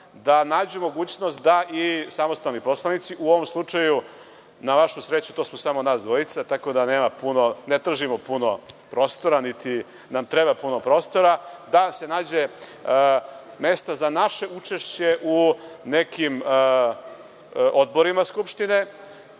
da nađu mogućnost da i samostalni poslanici, u ovom slučaju, na vašu sreću, to smo samo nas dvojica, tako da ne tražimo puno prostora, niti nam treba puno prostora, da se nađe mesta za naše učešće u nekim odborima Skupštine.